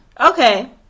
Okay